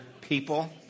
people